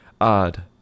Odd